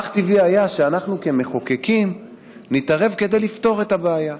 אך טבעי היה שאנחנו כמחוקקים נתערב כדי לפתור את הבעיה.